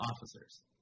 officers